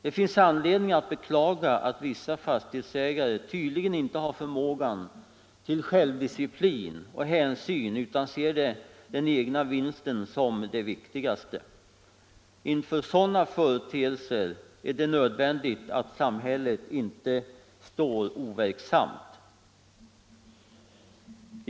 Det finns anledning att beklaga att vissa fastighetsägare tydligen inte har förmåga till självdisciplin utan ser den egna vinsten som det viktigaste. Inför sådana företeelser är det nödvändigt att samhället inte står overksamt.